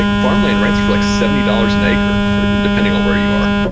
like farm land rents for like seventy dollars an acre, or depending on where you are,